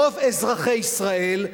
רוב אזרחי ישראל,